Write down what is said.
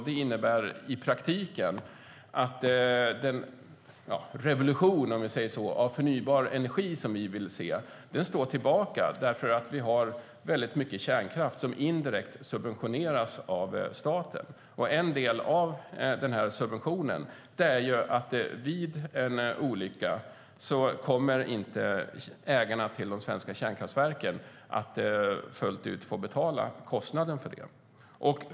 Det innebär i praktiken att den revolution av förnybar energi som vi vill se står tillbaka därför att vi har väldigt mycket kärnkraft som indirekt subventioneras av staten. En del av denna subvention består i att ägarna till de svenska kärnkraftverken inte kommer att behöva stå för kostnaden fullt ut vid en olycka.